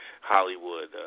Hollywood